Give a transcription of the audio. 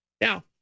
Now